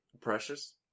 precious